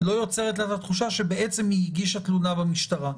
לא יוצרת לה את התחושה שבעצם היא הגישה תלונה במשטרה.